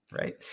right